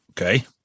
Okay